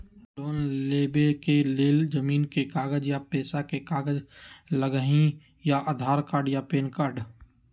Loan लेवेके लेल जमीन के कागज या पेशा के कागज लगहई या आधार कार्ड या पेन कार्ड?